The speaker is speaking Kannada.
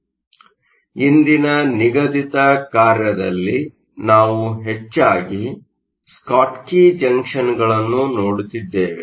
ಆದ್ದರಿಂದ ಇಂದಿನ ನಿಗದಿತ ಕಾರ್ಯಯಲ್ಲಿ ನಾವು ಹೆಚ್ಚಾಗಿ ಸ್ಕಾಟ್ಕಿ ಜಂಕ್ಷನ್ಗಳನ್ನು ನೋಡುತ್ತಿದ್ದೇವೆ